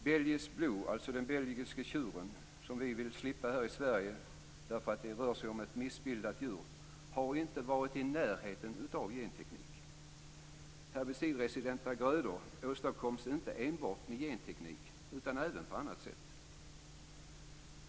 Belgian Blue, alltså den belgiska tjur som vi vill slippa här i Sverige därför att det rör sig om ett missbildat djur, har inte varit i närheten av genteknik. Herbicidresistenta grödor åstadkoms inte enbart med genteknik utan även på annat sätt.